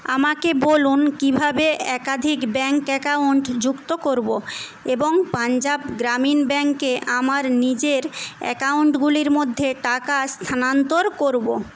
আমাকে বলুন কীভাবে একাধিক ব্যাঙ্ক অ্যাকাউন্ট যুক্ত করব এবং পাঞ্জাব গ্রামীণ ব্যাঙ্কে আমার নিজের অ্যাকাউন্টগুলির মধ্যে টাকা স্থানান্তর করব